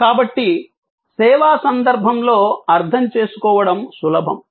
కాబట్టి సేవా సందర్భంలో అర్థం చేసుకోవడం సులభం